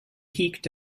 peaked